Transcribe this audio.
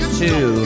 two